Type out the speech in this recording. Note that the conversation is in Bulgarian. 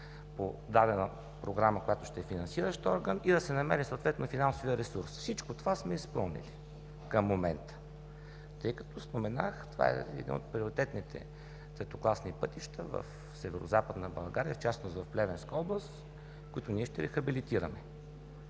по дадена програма, която ще е финансиращ орган, и да се намери съответно финансовият ресурс. Всичко това сме изпълнили към момента, тъй като споменах, това е един от приоритетните третокласни пътища в Северозападна България, в частност в Плевенска област, които ние ще рехабилитираме.